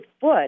foot